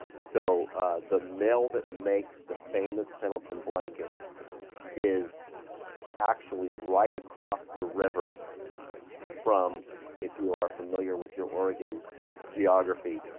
so the mill that makes the famous pendleton blankets is actually right across the river from if you are familiar with your oregon geography,